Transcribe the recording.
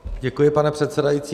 Děkuji, pane předsedající.